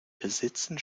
besitzen